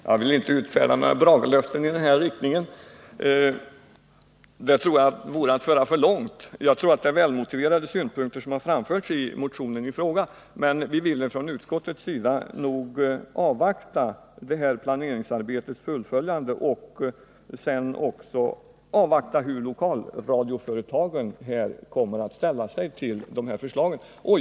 Herr talman! Jag vill inte utfärda några löften i den riktningen. Jag tror att det skulle föra för långt. Det är välmotiverade synpunkter som har framförts i motionen i fråga, men från utskottets sida vill vi ändå avvakta planeringsarbetets fullföljande liksom också hur lokalradioföretagen kommer att ställa sig till förslagen.